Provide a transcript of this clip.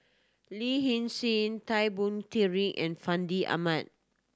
Lin Hsin Hsin Tan Boon Teik and Fandi Ahmad